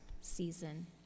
season